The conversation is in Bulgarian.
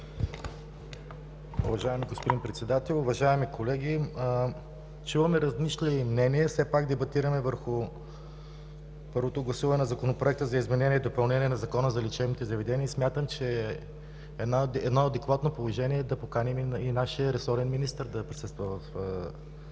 Уважаеми господин Председател, уважаеми колеги! Чуваме различни мнения. Все пак дебатираме върху първото гласуване на Законопроекта за изменение и допълнение на Закона за лечебните заведения и смятам, че едно адекватно положение е да поканим и нашия ресорен министър да присъства в залата